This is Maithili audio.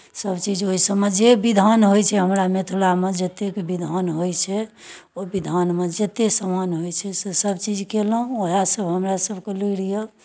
सभचीज ओहिसभमे जे विधान होइ छै हमरा मिथिलामे जतेक विधान होइ छै ओहि विधानमे जतेक सामान होइ छै सेसभ चीज कयलहुँ उएहसभ हमरासभके लूरि यए